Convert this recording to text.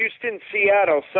Houston-Seattle